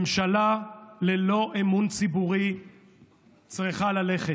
ממשלה ללא אמון ציבורי צריכה ללכת,